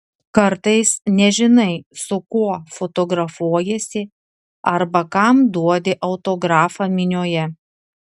kartais nežinai su kuo fotografuojiesi arba kam duodi autografą minioje